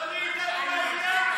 דברי איתנו לעניין.